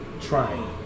trying